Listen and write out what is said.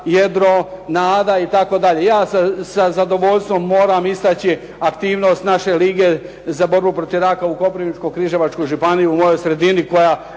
Jedro, Nada itd., ja sa zadovoljstvo moram istaći aktivnost naše Lige za borbu protiv rada u Koprivničko-križevačkoj županiji u mojoj sredini koja